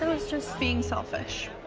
i was just being selfish.